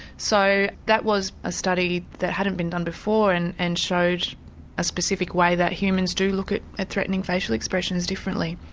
so that was a study that hadn't been done before and and showed a specific way that humans do look at at threatening facial expression differently.